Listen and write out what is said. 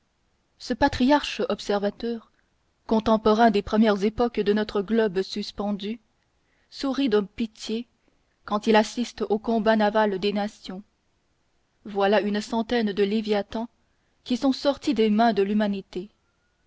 ce patriarche observateur contemporain des premières époques de notre globe suspendu sourit de pitié quand il assiste aux combats navals des nations voilà une centaine de léviathans qui sont sortis des mains de l'humanité